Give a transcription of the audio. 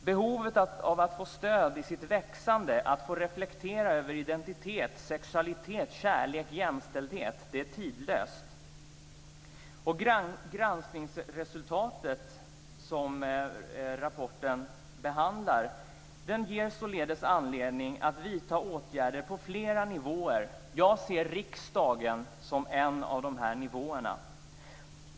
Behovet av att få stöd i sitt växande och att få reflektera över identitet, sexualitet, kärlek och jämställdhet är tidlöst. Granskningsresultatet som rapporten behandlar ger således anledning att vidta åtgärder på flera nivåer. Jag ser riksdagen som en av dessa nivåer.